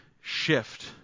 shift